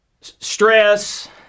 Stress